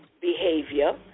behavior